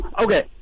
Okay